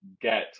get